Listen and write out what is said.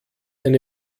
eine